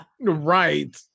Right